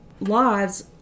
lives